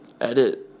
edit